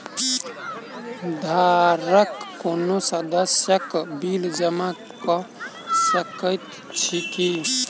घरक कोनो सदस्यक बिल जमा कऽ सकैत छी की?